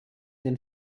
den